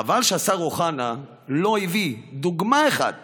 חבל שהשר אוחנה לא הביא דוגמה אחת